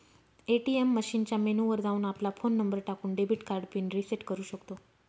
ATM मशीनच्या menu वर जाऊन, आपला फोन नंबर टाकून, डेबिट कार्ड पिन रिसेट करू शकतो